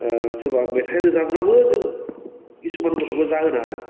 सोरबा मेथाइ रोजाग्राबो जों खिसुमान गथ'फोर जाहोनो हादों